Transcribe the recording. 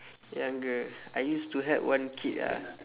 younger I used to help one kid ah